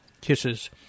Kisses